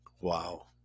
Wow